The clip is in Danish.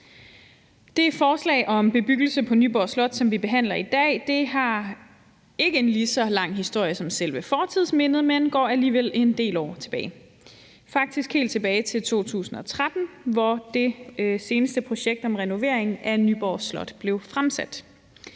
Det forslag om bebyggelse på Nyborg Slot, som vi behandler i dag, har ikke en lige så lang historie som selve fortidsmindet, men går alligevel en del år tilbage, faktisk helt tilbage til 2013, hvor det seneste projekt om renovering af Nyborg Slot blev præsenteret.